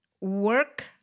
work